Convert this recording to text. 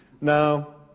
now